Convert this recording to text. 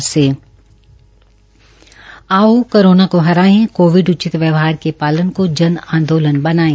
आओ कोरोना को हराए कोविड उचित व्यवहार के शालन को जन आंदोलन बनायें